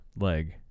leg